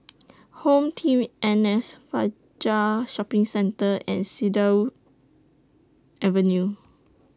HomeTeam N S Fajar Shopping Centre and Cedarwood Avenue